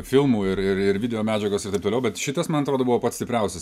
filmų ir ir ir videomedžiagos ir taip toliau bet šitas man atrodo buvo pats stipriausias